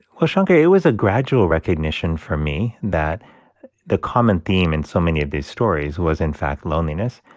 well, shankar, it was a gradual recognition for me that the common theme in so many of these stories was, in fact, loneliness.